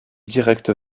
directe